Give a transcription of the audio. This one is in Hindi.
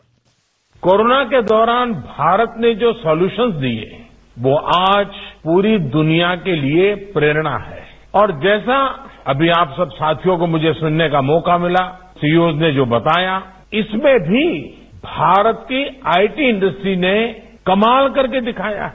बाइट कोरोना के दौरान भारत ने जो सॉल्यूशन्स दिए हैं वो आज पूरी दुनिया के लिए प्रेरणा हैं और जैसा अभी आप सब साथियों को मुझे सुनने का मौका मिला सीओज ने जो बताया इसमें भी भारत की आईटी इंडस्ट्री ने कमाल करके दिखाया है